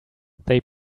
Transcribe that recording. they